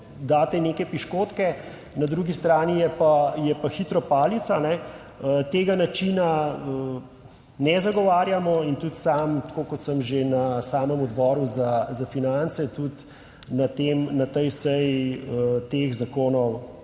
daste neke piškotke, na drugi strani, je pa hitro palica, tega načina ne zagovarjamo in tudi sam, tako kot sem že na samem Odboru za finance tudi na tem, na tej seji teh zakonov